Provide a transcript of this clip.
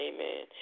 Amen